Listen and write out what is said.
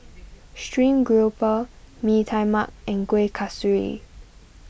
Stream Grouper Mee Tai Mak and Kuih Kasturi